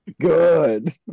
Good